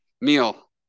meal